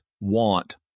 want